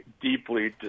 deeply